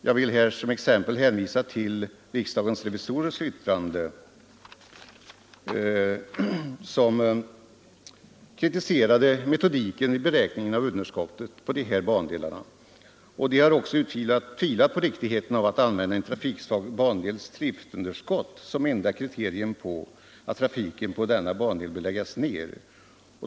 Jag vill som exempel hänvisa till riksdagens revisorers yttrande. I detta har metodiken vid beräkningen av underskottet på trafiksvaga bandelar kritiserats. Riksdagens revisorer har också tvivlat på riktigheten av att använda en trafiksvag bandels driftunderskott som enda kriterium på att trafiken på denna bandel bör läggas ned.